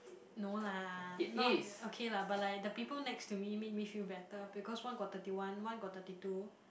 no lah not uh okay lah but like the people next to me made me feel better because one got thirty one one got thirty two